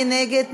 מי נגד?